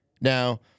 Now